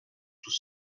tout